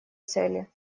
цели